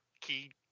key